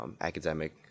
academic